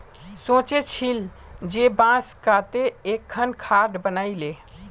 सोचे छिल जे बांस काते एकखन खाट बनइ ली